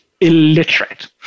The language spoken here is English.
illiterate